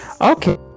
Okay